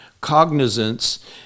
cognizance